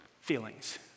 feelings